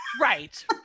Right